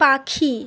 পাখি